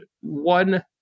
one